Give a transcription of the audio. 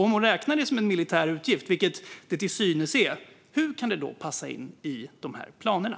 Om hon räknar det som en militär utgift, vilket det till synes är, hur kan det då passa in i planerna?